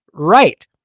right